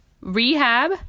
Rehab